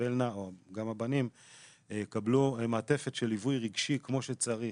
והבנים יקבלו מעטפת של ליווי רגשי כמו שצריך,